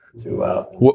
throughout